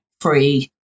free